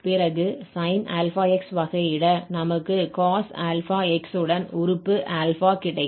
பிறகு sin αx வகையிட நமக்கு cos αx உடன் உறுப்பு α கிடைக்கும்